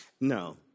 No